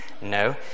No